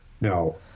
No